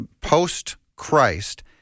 post-Christ